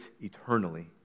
eternally